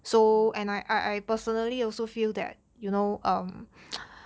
mm